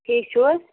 ٹھیٖک چھِو حظ